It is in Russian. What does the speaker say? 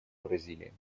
бразилии